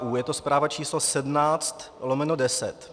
Je to zpráva číslo 17/10.